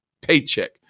paycheck